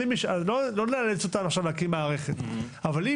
לא נאלץ אותן עכשיו להקים מערכת אבל אם